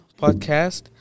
Podcast